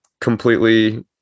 completely